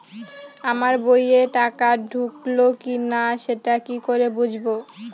আমার বইয়ে টাকা ঢুকলো কি না সেটা কি করে বুঝবো?